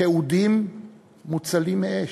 כאודים מוצלים מאש.